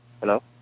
hello